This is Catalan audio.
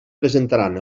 presentaran